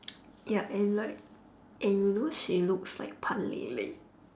ya and like and you know she looks like pan-ling-ling